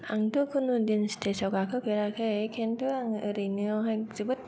आं थ' खुनु दिन स्टेजाव गाखो फेराखै किन्तु आं ओरैनोआवहाय जोबोद